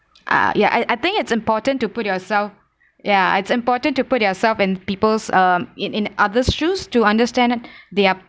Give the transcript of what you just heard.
ah ya I I think it's important to put yourself yeah it's important to put yourself in people's uh in in others' shoes to understand it their